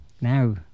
now